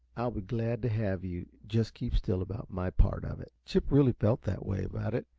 i'll be glad to have you. just keep still about my part of it. chip really felt that way about it,